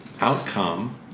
outcome